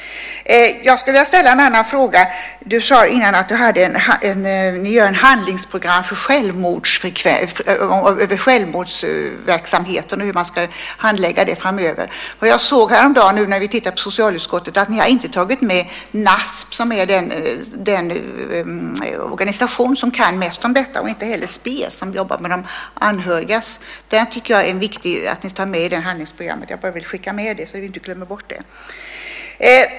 Jag skulle vilja ställa en annan fråga. Du sade innan att ni har ett handlingsprogram för den verksamhet som handlägger självmord och hur man ska arbeta framöver. Jag såg häromdagen, när vi tittade på detta i socialutskottet, att ni inte har tagit med Nasp, som är den organisation som kan mest om detta, och inte heller Spes, som jobbar med de anhöriga. Jag tycker att det är viktigt att ni tar med dem i handlingsprogrammet. Jag vill bara skicka med det så att jag inte glömmer bort det.